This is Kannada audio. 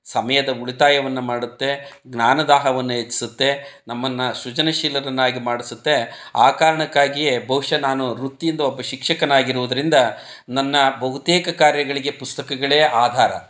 ಸಮಯದ ಉಳಿತಾಯವನ್ನು ಮಾಡುತ್ತೆ ಜ್ಞಾನ ದಾಹವನ್ನ ಹೆಚ್ಚಿಸುತ್ತೆ ನಮ್ಮನ್ನು ಸೃಜನ ಶೀಲರನ್ನಾಗಿ ಮಾಡಿಸುತ್ತೆ ಆ ಕಾರಣಕ್ಕಾಗಿಯೇ ಬಹುಶಃ ನಾನು ವೃತ್ತಿಯಿಂದ ಒಬ್ಬ ಶಿಕ್ಷಕನಾಗಿರುವುದರಿಂದ ನನ್ನ ಬಹುತೇಕ ಕಾರ್ಯಗಳಿಗೆ ಪುಸ್ತಕಗಳೇ ಆಧಾರ